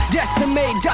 Decimate